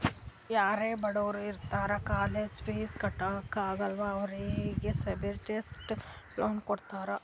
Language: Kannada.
ಯಾರೂ ಬಡುರ್ ಇರ್ತಾರ ಕಾಲೇಜ್ದು ಫೀಸ್ ಕಟ್ಲಾಕ್ ಆಗಲ್ಲ ಅವ್ರಿಗೆ ಸಬ್ಸಿಡೈಸ್ಡ್ ಲೋನ್ ಕೊಡ್ತಾರ್